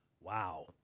wow